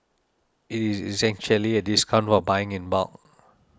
it is essentially a discount for buying in bulk